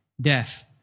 death